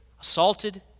assaulted